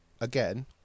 again